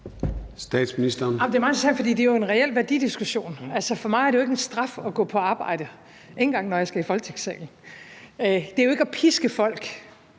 Det er meget svært, for det er jo en reel værdidiskussion. Altså, for mig er det jo ikke en straf at gå på arbejde, ikke engang når jeg skal i Folketingssalen. Det er jo ikke at piske folk,